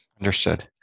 Understood